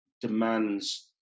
demands